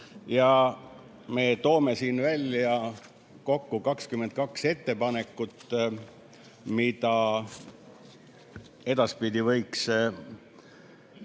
Me toome siin välja kokku 22 ettepanekut, mida edaspidi võiks